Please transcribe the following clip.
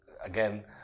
again